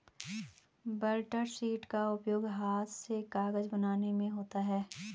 blotter sheet का उपयोग हाथ से कागज बनाने में होता है